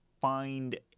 find